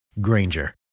Granger